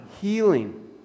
healing